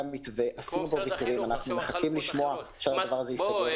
בייס אומר שחברה זרה תקים פה חברה מקומית בשמה.